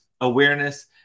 awareness